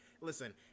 listen